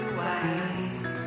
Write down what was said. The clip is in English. wise